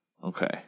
Okay